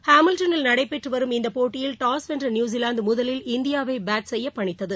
ஹாமில்டனில் நடைபெற்று வரும் இந்தப் போட்டியில் டாஸ் வென்ற நியூசிவாந்து முதலில் இந்தியாவை பேட் செய்ய பணித்தது